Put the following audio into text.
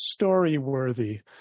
Storyworthy